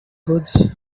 goods